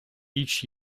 each